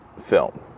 film